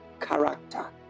character